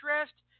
interest